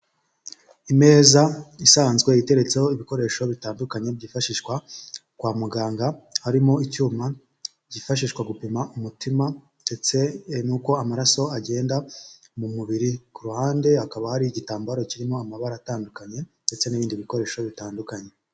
Imeza isanzwe iteretseho ibikoresho bitandukanye byifashishwa kwa muganga, harimo icyuma kifashishwa gupima umutima ndetse n'uko amaraso agenda mu mubiri, ku ruhande hakaba hari igitambaro kirimo amabara atandukanye ndetse n'ibindi bikoresho bitandukanye.